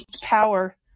power